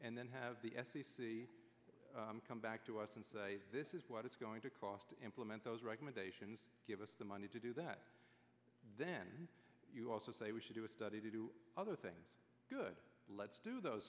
and then have the f c c come back to us and say this is what it's going to cost to implement those recommendations give us the money to do that then you also say we should do a study to do other things good let's do those